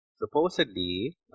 Supposedly